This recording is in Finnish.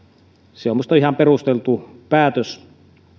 on minusta ihan perusteltu päätös